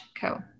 co